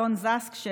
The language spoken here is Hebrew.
לאלון זס"ק,